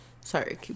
Sorry